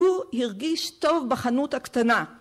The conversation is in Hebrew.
הוא הרגיש טוב בחנות הקטנה.